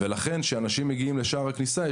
ולכן כשאנשים מגיעים לשער הכניסה,